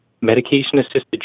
medication-assisted